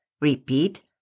repeat